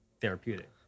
therapeutic